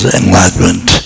enlightenment